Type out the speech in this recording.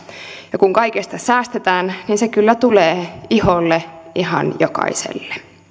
kun kaikesta säästetään niin se kyllä tulee iholle ihan jokaiselle